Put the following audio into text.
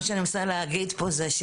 מה שאני מנסה להגיד פה זה,